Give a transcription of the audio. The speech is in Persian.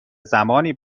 زمانی